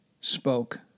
spoke